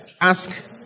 Ask